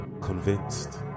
convinced